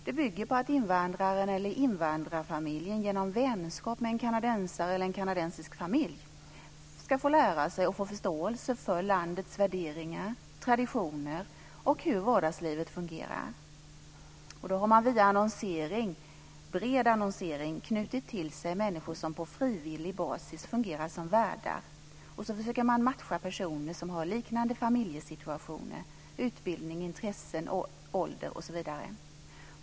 Det bygger på att invandraren eller invandrarfamiljen genom vänskap med en kanadensare eller en kanadensisk familj ska få lära sig och få förståelse för landets värderingar, traditioner och hur vardagslivet fungerar. Då har man via bred annonsering knutit till sig människor som på frivillig basis fungerar som värdar. Sedan försöker man matcha personer som har liknande familjesituationer, utbildning, intressen, ålder osv.